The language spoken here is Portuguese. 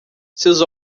seus